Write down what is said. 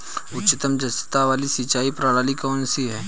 उच्चतम दक्षता वाली सिंचाई प्रणाली कौन सी है?